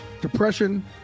Depression